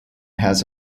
has